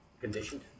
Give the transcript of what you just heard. conditioned